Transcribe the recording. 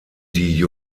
die